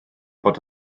bod